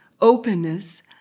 openness